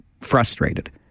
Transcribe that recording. frustrated